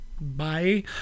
Bye